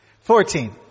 Fourteen